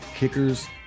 kickers